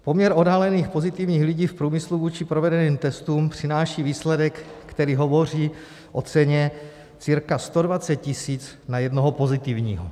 Poměr odhalených pozitivních lidí v průmyslu vůči provedeným testům přináší výsledek, který hovoří o ceně cirka 120 000 na jednoho pozitivního.